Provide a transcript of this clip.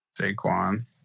Saquon